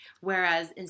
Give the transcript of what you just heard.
Whereas